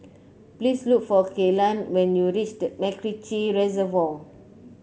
please look for Kelan when you reach the MacRitchie Reservoir